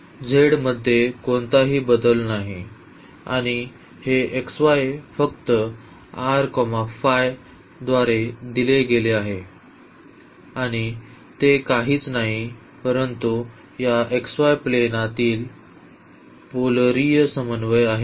तर z मध्ये कोणताही बदल नाही आणि हे xy फक्त या द्वारे दिले गेले आहेत आणि ते काहीच नाही परंतु या xy प्लेनात पोलरीय समन्वय आहे